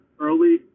early